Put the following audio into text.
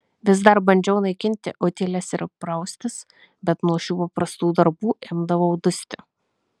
vis dar bandžiau naikinti utėles ir praustis bet nuo šių paprastų darbų imdavau dusti